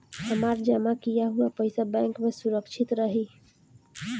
हमार जमा किया हुआ पईसा बैंक में सुरक्षित रहीं?